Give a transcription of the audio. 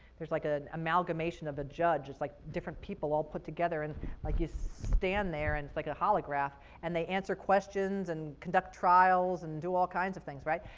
there's like an amalgamation of a judge. it's like different people all put together. like you stand there, and it's like a holograph, and they answer questions and conduct trials and do all kinds of things, right?